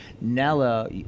Nella